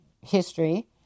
history